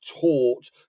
taught